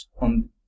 on